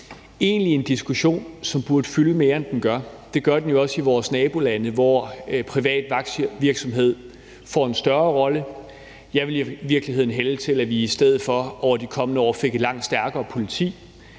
egentlig en diskussion, som burde fylde mere, end den gør. Det gør den jo også i vores nabolande, hvor privat vagtvirksomhed får en større rolle. Jeg ville i virkeligheden hælde til, at vi i stedet for over de kommende år fik et langt stærkere politi,